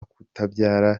kutabyara